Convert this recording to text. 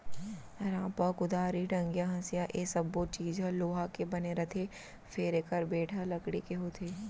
रांपा, कुदारी, टंगिया, हँसिया ए सब्बो चीज ह लोहा के बने रथे फेर एकर बेंट ह लकड़ी के होथे